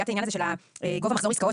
שהיה את העניין הזה של גובה מחזור עסקאות,